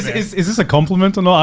is is this a compliment. no,